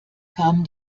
kamen